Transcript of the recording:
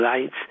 lights